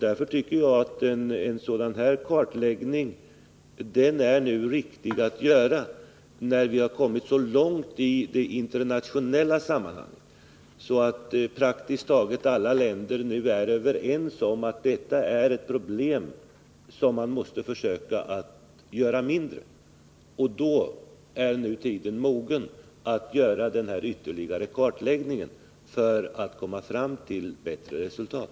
Därför tycker jag att det är riktigt att nu göra en sådan här kartläggning, när vi kommit så långt i det internationella samarbetet, att praktiskt taget alla länder är överens om att detta är ett problem som man måste försöka göra något åt. Då är tiden mogen att göra den ytterligare kartläggningen för att komma fram till resultat.